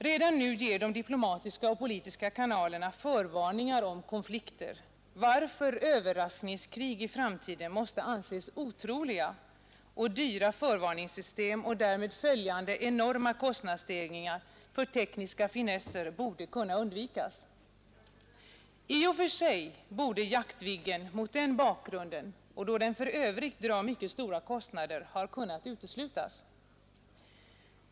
Redan nu ger de diplomatiska och politiska kanalerna förvarningar om konflikter, varför överraskningskrig i framtiden måste anses otroliga, och dyra förvarningssystem och därmed följande enorma kostnadsstegringar för tekniska finesser borde kunna undvikas. I och för sig borde Jaktviggen mot den bakgrunden och då den för övrigt drar mycket stora kostnader ha kunnat uteslutas.